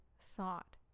thought